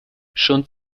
schon